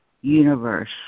universe